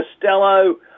Costello